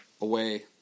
away